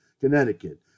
Connecticut